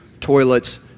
toilets